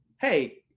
hey